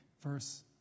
verse